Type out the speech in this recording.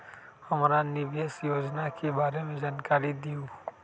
हमरा निवेस योजना के बारे में जानकारी दीउ?